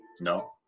no